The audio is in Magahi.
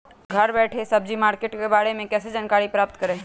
घर बैठे सब्जी मार्केट के बारे में कैसे जानकारी प्राप्त करें?